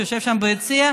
שיושב שם ביציע,